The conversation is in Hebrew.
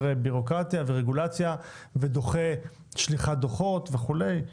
בירוקרטיה ורגולציה ודוחה שליחת דוחות וכו',